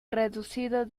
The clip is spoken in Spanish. reducido